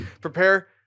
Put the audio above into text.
Prepare